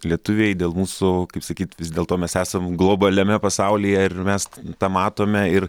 lietuviai dėl mūsų kaip sakyti vis dėl to mes esam globaliame pasaulyje ir mes tą matome ir